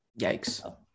Yikes